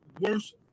worst